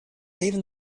even